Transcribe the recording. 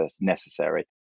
necessary